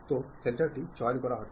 তো সেন্টার টি চয়ন করা হয়েছে